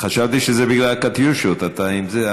חבר הכנסת ילין, חשבתי שבגלל הקטיושות אתה עם זה,